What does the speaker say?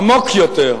עמוק יותר,